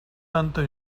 tanta